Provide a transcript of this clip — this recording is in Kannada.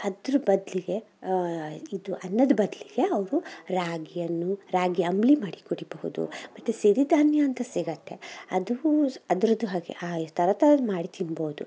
ಅದ್ರ ಬದಲಿಗೆ ಇದು ಅನ್ನದ ಬದಲಿಗೆ ಅವರು ರಾಗಿಯನ್ನು ರಾಗಿ ಅಂಬಲಿ ಮಾಡಿ ಕುಡಿಬಹುದು ಮತ್ತು ಸಿರಿಧಾನ್ಯ ಅಂತ ಸಿಗತ್ತೆ ಅದೂ ಅದರದ್ದು ಹಾಗೆ ಆ ಥರ ಥರದ್ದು ಮಾಡಿ ತಿನ್ಬೋದು